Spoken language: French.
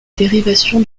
dérivation